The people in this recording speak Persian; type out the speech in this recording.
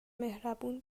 مهربون